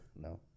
no